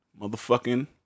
Motherfucking